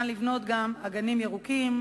גם ניתן לבנות אגנים ירוקים.